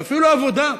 ואפילו עבודה,